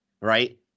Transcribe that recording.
right